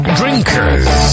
drinkers